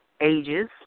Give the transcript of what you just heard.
ages